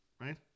right